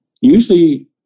usually